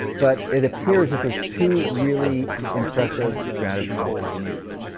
but it appears that there's two really impressive strategies that you can use.